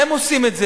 הם עושים את זה.